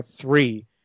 three